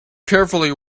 carefully